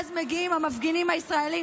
ואז מגיעים המפגינים הישראלים,